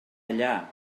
allà